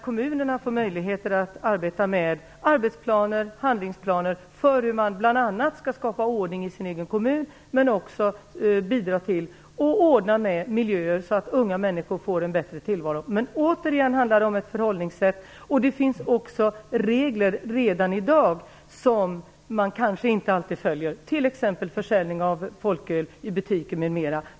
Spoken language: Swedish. Kommunerna får där möjlighet att arbeta med handlingsplaner för hur man bl.a. skall skapa ordning i sin egen kommun och bidra till att ordna med miljöer så att unga människor får en bättre tillvaro. Det handlar återigen om ett förhållningssätt. Det finns redan i dag regler som man kanske inte alltid följer, t.ex. för försäljning av folköl i butiker m.m.